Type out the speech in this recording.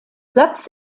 platz